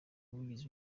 umuvugizi